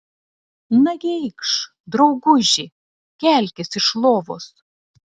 nagi eikš drauguži kelkis iš lovos